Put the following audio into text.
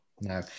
No